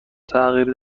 تغییر